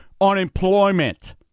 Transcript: unemployment